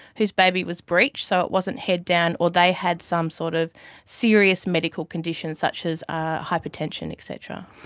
whose baby was breech, so it wasn't head down, or they had some sort of serious medical conditions such as ah hypertension, et cetera.